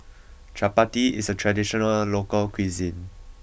Chapati is a traditional local cuisine